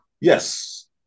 Yes